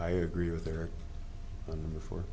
i agree with there before